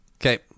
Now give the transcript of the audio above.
Okay